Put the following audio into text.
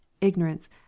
ignorance